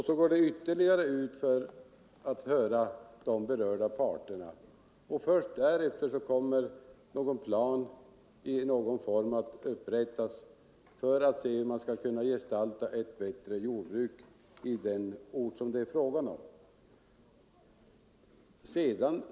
Så går man ut ytterligare en gång för att höra de berörda parterna. Först därefter upprättas en plan i någon form i syfte att gestalta ett bättre jordbruk i den ort det är fråga om.